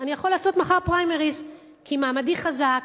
אני יכול לעשות מחר פריימריז כי מעמדי חזק,